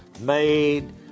made